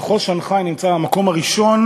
מחוז שנגחאי נמצא במקום הראשון